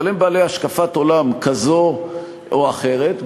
אבל הם בעלי השקפת עולם כזו או אחרת,